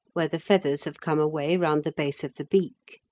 where the feathers have come away round the base of the beak.